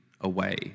away